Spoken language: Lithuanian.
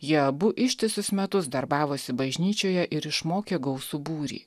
jie abu ištisus metus darbavosi bažnyčioje ir išmokė gausų būrį